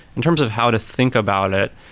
in terms of how to think about it,